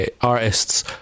artists